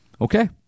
Okay